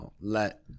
let